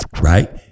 right